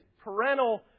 parental